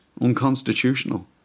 unconstitutional